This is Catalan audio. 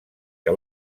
que